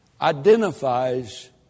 identifies